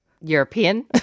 European